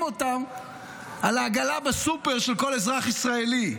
אותן על העגלה בסופר של כל אזרח ישראלי.